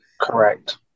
Correct